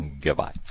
goodbye